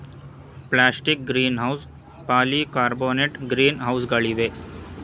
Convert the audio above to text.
plastic greenhouse, polycarbonate green ಹೌಸ್ಗಳಿವೆ